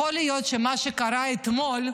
יכול להיות שמה שקרה אתמול,